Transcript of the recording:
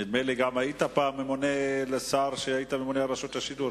נדמה לי שגם אתה היית פעם שר שממונה על רשות השידור,